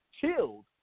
killed